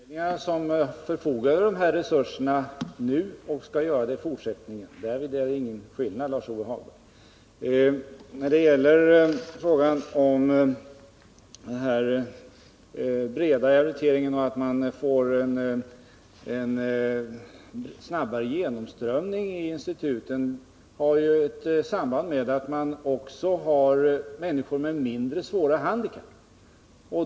Herr talman! Det är alltså arbetsförmedlingarna som förfogar över de här resurserna nu och som skall göra det i fortsättningen också. Därvidlag blir det ingen skillnad, Lars-Ove Hagberg. När det gäller den bredare rehabiliteringen har det förhållandet att man får en snabbare genomströmning i instituten samband med att vi också har människor med mindre svåra handikapp.